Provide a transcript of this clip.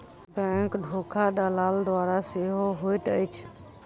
bank धोखा दलाल द्वारा सेहो होइत अछि